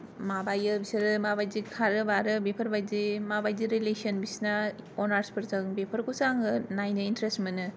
माबायो बिसोरो मा बायदि खारो बारो बेफोरबायदि माबायदि रेलिसन बिसिना अनार्स फोरजों बेफोरखौसो आङो नायनो इन्टारेस्ट मोनो